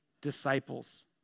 disciples